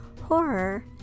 horror